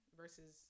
versus